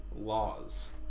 laws